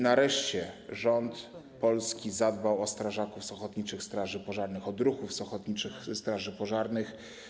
Nareszcie rząd Polski zadbał o strażaków z ochotniczych straży pożarnych, o druhów z ochotniczych straży pożarnych.